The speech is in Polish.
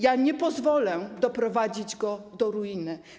Ja nie pozwolę doprowadzić go do ruiny.